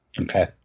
Okay